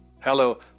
Hello